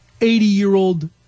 eighty-year-old